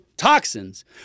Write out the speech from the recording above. toxins